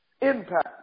impact